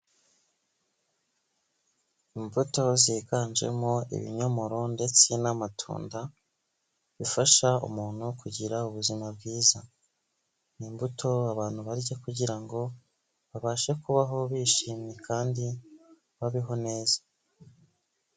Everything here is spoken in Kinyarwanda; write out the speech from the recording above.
Imbuto ziganjemo ibinyomoro ndetse n'amatunda, bifasha umuntu kugira ubuzima bwiza. Ni imbuto abantu barya kugira ngo babashe kubaho bishimye kandi babeho neza.